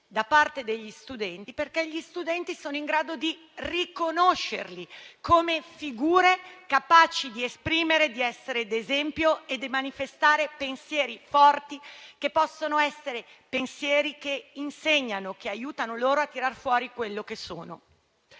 da parte degli studenti, perché gli studenti sono in grado di riconoscerli come figure capaci di essere di esempio e di manifestare pensieri forti che possano insegnare e aiutare loro a tirar fuori quello che sono.